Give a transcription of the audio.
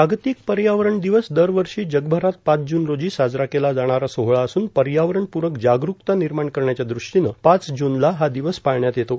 जागतिक पर्यावरण दिवस दरवर्षी जगभरात पाच जून रोजी साजरा केला जाणारा सोहळा असून पर्यावरणपूरक जागरूकता निर्माण करण्याच्या दृष्टीनं पाच जूनला हा दिवस पाळण्यात येतो